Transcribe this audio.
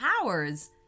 powers